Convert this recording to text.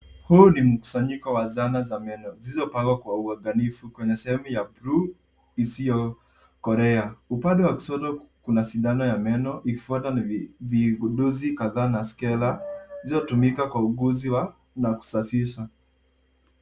Huu ni mkusanyiko wa zana za meno zilizopangwa kwa uangalifu kwenye sehemu ya bluu isiyokolea. Upande wa kushoto kuna shindano ya meno ikifuatwa na vigunduzi kadhaa na skela zilizotumika kwa uuguzi wa na kusafisha.